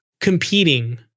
competing